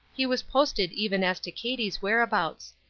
he was posted even as to katie's whereabouts.